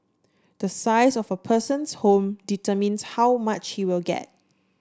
the size of a person's home determines how much he will get